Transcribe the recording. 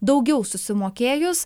daugiau susimokėjus